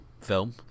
film